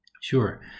Sure